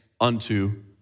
unto